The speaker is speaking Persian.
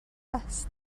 است